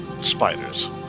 spiders